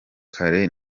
kare